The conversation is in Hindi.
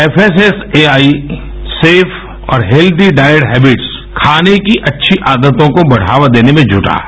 F S S A I safe और हैल्दी डाइट हैबिट्स खाने की अच्छी आदतों को बढ़ावा देने में जूटा है